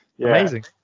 Amazing